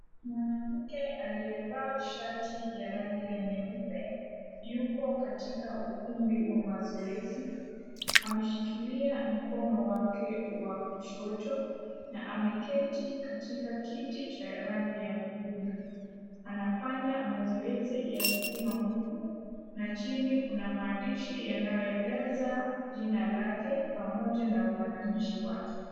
Mwanamke aliyevaa shati ya rangi ya nyeupe, yuko katika ukumbi wa mazoezi. Ameshikilia mkono wake wa kushoto na ameketi katika kiti cha rangi ya nyekundu. Anafanya mazoezi ya kupima nguvu na chini kuna maandishi yanayoeleza jina lake, pamoja na uwananchi wake.